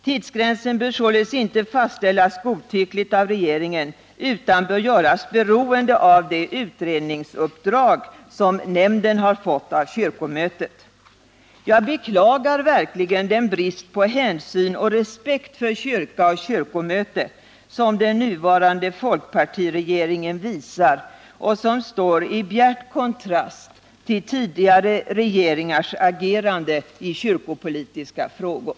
Tidsgränsen bör således inte fastställas godtyckligt av regeringen utan bör göras beroende av de utredningsuppdrag som nämnden har fått av kyrkomötet. Jag beklagar verkligen den brist på hänsyn och respekt för kyrka och kyrkomöte som den nuvarande folkpartiregeringen visar och som står i bjärt kontrast till tidigare regeringars agerande i kyrkopolitiska frågor.